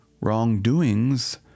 wrongdoings